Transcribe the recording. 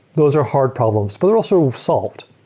those are hard problems, but they're also solved.